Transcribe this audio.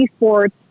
esports